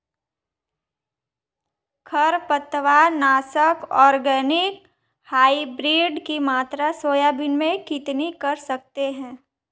खरपतवार नाशक organic hybrid की मात्रा सोयाबीन में कितनी कर सकते हैं?